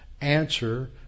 answer